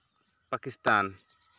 Pakistan